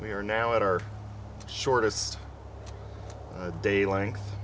we are now at our shortest day length